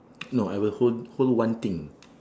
no I will hold hold one thing